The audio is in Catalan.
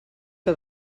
que